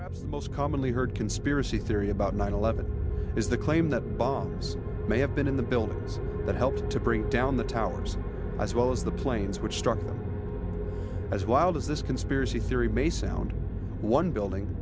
hat's the most commonly heard conspiracy theory about nine eleven is the claim that bombs may have been in the buildings that helped to bring down the towers as well as the planes which struck them as wild as this conspiracy theory may sound one building